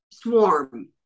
swarm